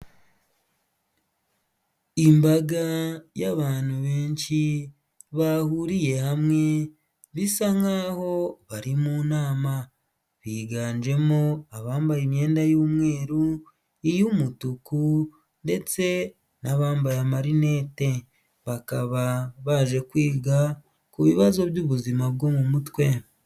Imbaga y'abantu benshi bahuriye hamwe bisa nkaho bari mu nama, biganjemo abambaye imyenda y'umweru iy'umutuku, ndetse n'abambaye marinete bakaba baje kwiga ku bibazo by'ubuzima bwo mu mutwe.